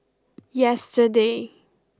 yesterday